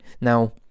Now